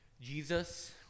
Jesus